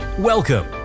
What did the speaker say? Welcome